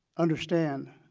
understand